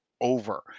over